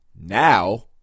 Now